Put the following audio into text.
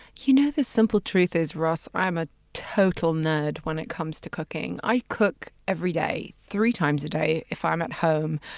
you know the simple truth is, russ, i'm a total nerd when it comes to cooking. i cook every day, three times a day if i'm at home,